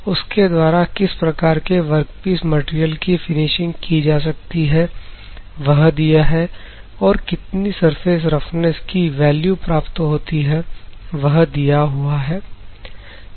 उसके द्वारा किस प्रकार के वर्कपीस मटेरियल की फिनिशिंग की जा सकती है वह दिया है और कितनी सर्फेस रफनेस की वैल्यू प्राप्त होती है वह दिया हुआ है